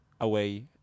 away